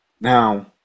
Now